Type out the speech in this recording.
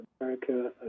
America